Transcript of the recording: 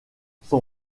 son